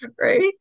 right